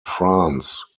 france